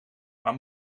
maar